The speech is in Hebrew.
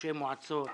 ראשי מועצות,